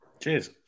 Cheers